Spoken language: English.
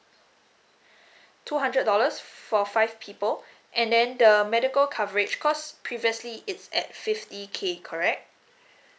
two hundred dollars for five people and then the medical coverage cause previously it's at fifty K correct